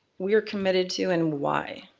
we're committed to and why.